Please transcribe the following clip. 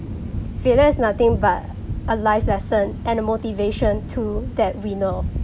failure is nothing but a life lesson and a motivation too that we know